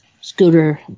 scooter